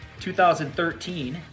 2013